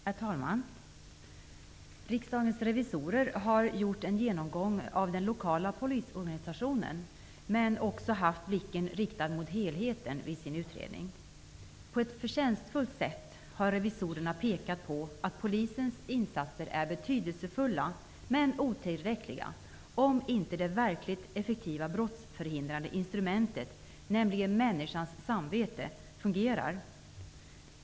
Herr talman! Riksdagens revisorer har i sin utredning gjort en genomgång av den lokala polisorganisationen men också haft blicken riktad mot helheten. På ett förtjänstfullt sätt har revisorerna pekat på att polisens insatser är betydelsefulla men otillräckliga om inte det verkligt effektiva brottsförhindrande instrumentet, nämligen människans samvete, fungerar.